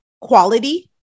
quality